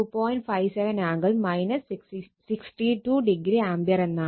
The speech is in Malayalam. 57 ആംഗിൾ 62o ആംപിയർ എന്നാണ്